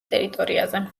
ტერიტორიაზე